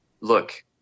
look